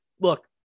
Look